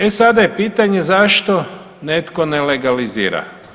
E sada je pitanje zašto netko ne legalizira.